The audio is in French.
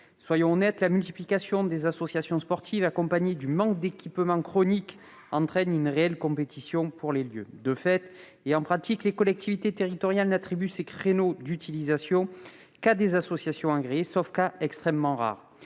Soyons honnêtes : la multiplication des associations sportives, accompagnée d'un manque d'équipement chronique, entraîne une réelle compétition pour les lieux. En pratique, les collectivités territoriales n'attribuent ces créneaux d'utilisation qu'à des associations agréées, sauf cas extrêmement rare.